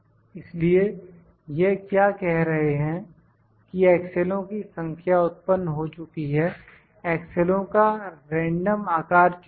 इसलिए वह क्या कह रहे हैं कि एक्सेलों की संख्या उत्पन्न हो चुकी है एक्सेलों का रैंडम आकार चुनिए